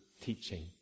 teaching